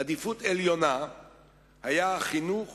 עדיפות עליונה היה החינוך